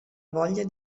voglia